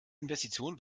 investition